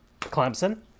Clemson